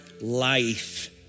life